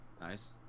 Nice